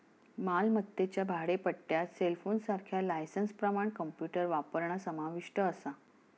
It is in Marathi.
मालमत्तेच्या भाडेपट्ट्यात सेलफोनसारख्या लायसेंसप्रमाण कॉम्प्युटर वापरणा समाविष्ट असा